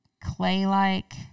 clay-like